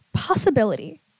possibility